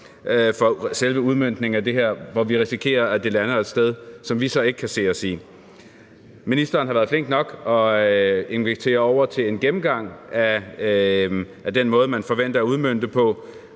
til selve udmøntningen af det her, hvor vi risikerer, at det lander et sted, som vi så ikke kan se os i. Ministeren har været så flink at invitere os over til en gennemgang af den måde, man forventer at udmønte det på.